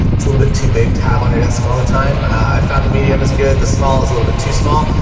it's a little bit too big to have on a desk all the time. i found the medium as good, the smallest, a little bit too small.